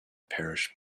parish